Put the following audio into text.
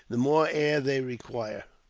the more air they require.